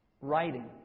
writing